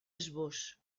esbós